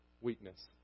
weakness